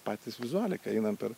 patys vizualiką einam per